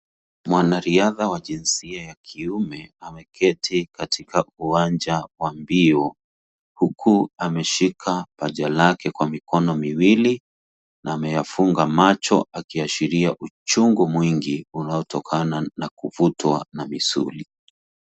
Mwanariadha wa jinsia ya kiume, ameketi katika uwanja wa mbio, huku, ameshika paja lake kwa mikono miwili, na ameyafunga macho, akiashiria uchungu mwingi, unaotokana na kuvutwa na misuli.